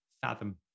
fathom